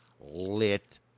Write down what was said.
lit